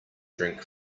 drink